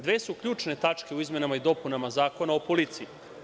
Dve su ključne tačke u izmenama i dopunama Zakona o policiji.